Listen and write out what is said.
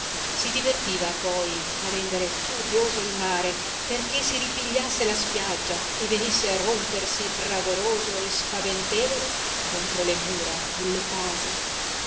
si divertiva poi a rendere furioso il mare perché si ripigliasse la spiaggia e venisse a rompersi fragoroso e spaventevole contro le mura delle case